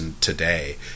today